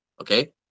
Okay